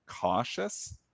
cautious